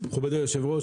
מכובדי היושב-ראש,